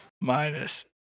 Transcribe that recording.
Minus